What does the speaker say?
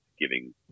giving